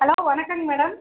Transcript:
hello வணக்கங்க madam